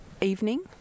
evening